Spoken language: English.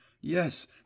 Yes